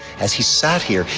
as he sat here,